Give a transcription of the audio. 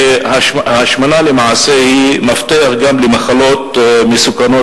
שהשמנה למעשה היא מפתח גם למחלות מסוכנות.